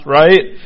right